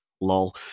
Lol